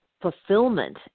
fulfillment